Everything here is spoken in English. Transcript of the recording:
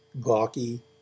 gawky